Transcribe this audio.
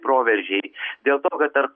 proveržiai dėl to kad tarp